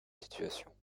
situation